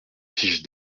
tiges